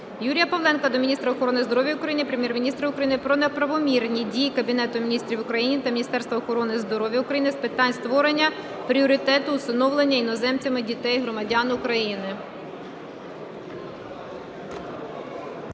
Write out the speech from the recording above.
Юрія Павленка до міністра охорони здоров'я України, Прем'єр-міністра України про неправомірні дії Кабінету Міністрів України та Міністерства охорони здоров'я України з питань створення пріоритету усиновлення іноземцями дітей-громадян України.